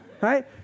right